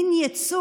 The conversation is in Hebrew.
מין ייצוג.